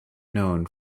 known